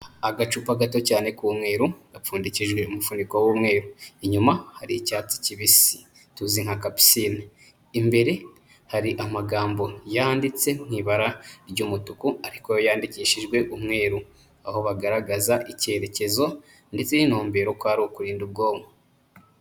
Agacupa gato cyane k'umweru, gapfundikijwe umufuniko w'umweru, inyuma hari icyatsi kibisi, tuzi nka kapisine, imbere hari amagambo yanditse mu ibara ry'umutuku, ariko yandikishijwe umweru, aho bagaragaza icyerekezo ndetse n'intumbero ko ari ukurinda ubwonko.